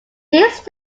these